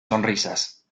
sonrisas